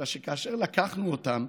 אלא שכאשר לקחנו אותם,